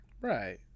right